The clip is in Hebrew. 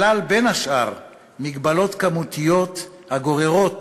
כלל בין השאר מגבלות כמותיות הגוררות